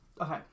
Okay